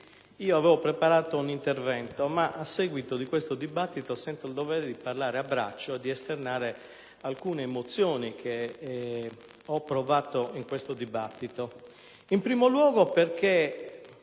avevo preparato un intervento, ma a seguito di questo dibattito sento il dovere di parlare a braccio e di esternare alcune emozioni che ho provato nel dibattito odierno. In primo luogo, alcuni